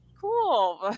cool